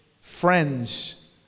friends